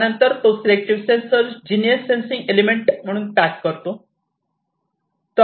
त्यानंतर तो selective sensor genius sensing element म्हणून पॅक करतो